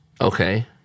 Okay